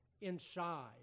Inside